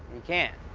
you can't.